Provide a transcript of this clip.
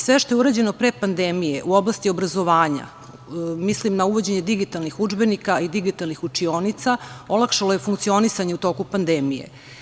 Sve što je urađeno pre pandemije u oblasti obrazovanja, mislim na uvođenje digitalnih udžbenika i digitalnih učionica, olakšalo je funkcionisanje u toku pandemije.